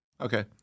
Okay